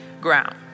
ground